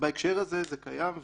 בהקשר הזה זה קיים,